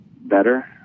better